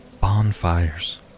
Bonfires